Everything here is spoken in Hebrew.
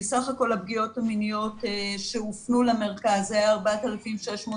סך הכול הפגיעות המיניות שהופנו למרכז זה היה 4,683,